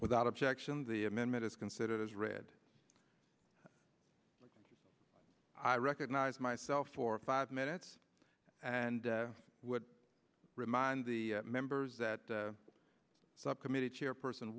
without objection the amendment is considered as read i recognize myself for five minutes and i would remind the members that the subcommittee chairperson